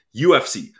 UFC